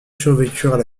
survécurent